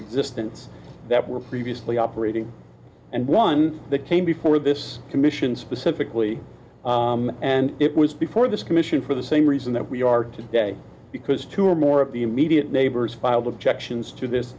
existence that were previously operating and one that came before this commission specifically and it was before this commission for the same reason that we are today because two or more of the immediate neighbors filed objections to this